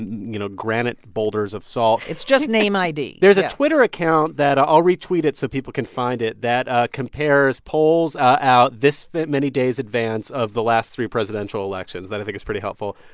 you know, granite boulders of salt it's just name id there's a twitter account that i'll retweet it so people can find it that ah compares polls out this many days advance of the last three presidential elections that i think is pretty helpful,